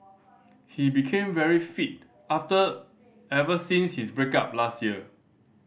he became very fit after ever since his break up last year